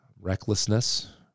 recklessness